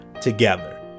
together